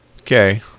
Okay